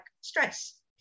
stress